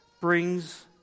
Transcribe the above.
brings